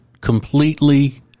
completely